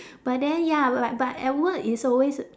but then ya but but at work it's always